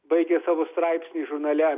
baigia savo straipsnį žurnale